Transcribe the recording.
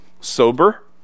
sober